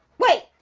wait!